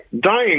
dying